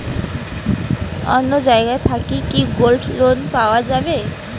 অন্য জায়গা থাকি কি গোল্ড লোন পাওয়া যাবে?